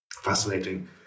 Fascinating